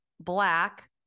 black